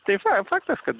tai fa faktas kad